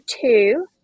two